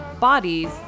bodies